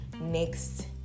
next